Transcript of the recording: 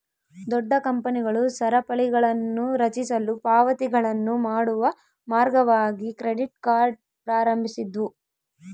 ದೊಡ್ಡ ಕಂಪನಿಗಳು ಸರಪಳಿಗಳನ್ನುರಚಿಸಲು ಪಾವತಿಗಳನ್ನು ಮಾಡುವ ಮಾರ್ಗವಾಗಿ ಕ್ರೆಡಿಟ್ ಕಾರ್ಡ್ ಪ್ರಾರಂಭಿಸಿದ್ವು